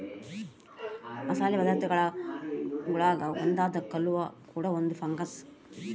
ಮಸಾಲೆ ಪದಾರ್ಥಗುಳಾಗ ಒಂದಾದ ಕಲ್ಲುವ್ವ ಕೂಡ ಒಂದು ಫಂಗಸ್